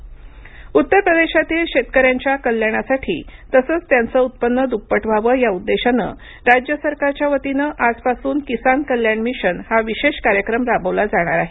किसान कल्याण उत्तर प्रदेशातील शेतकऱ्यांच्या कल्याणासाठी तसंच त्यांचं उत्पन्न द्प्पट व्हावं या उद्देशानं राज्य सरकारच्या वतीनं आजपासून किसान कल्याण मिशन हा विशेष कार्यक्रम राबवला जाणार आहे